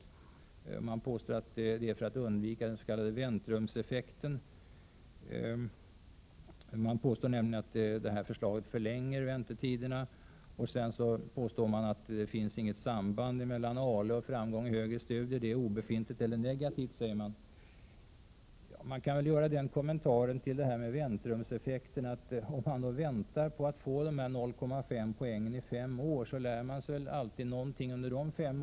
Moderaterna påstår att det är för att undvika den s.k. väntrumseffekten. Förslaget påstås nämligen förlänga väntetiderna. Vidare påstås att det inte finns något samband mellan arbetslivserfarenhet och framgång i högre studier — det är obefintligt eller negativt, säger de. Till den där ”väntrumseffekten” kan jag göra den kommentaren att den som väntar i fem år på att få 0,5 poäng väl alltid lär sig någonting under tiden.